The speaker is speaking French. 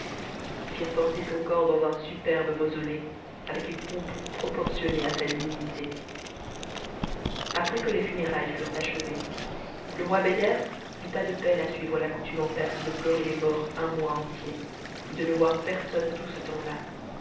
qui srent porter son corps dans un superbe mauso ée avec une pompe proportionnée à sa dignité après que les mnéraities furent achevées le roi beder n'eut pas de peine à suivre la coutume en perse de pleurer les morts un mois entier et le ne voir personne tout ce temps-là